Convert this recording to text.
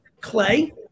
Clay